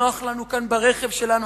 נוח לנו כאן ברכב שלנו,